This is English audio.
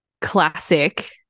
classic